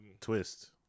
twist